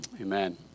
amen